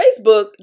Facebook